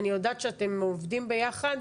אני יודעת שאתם עובדים ביחד,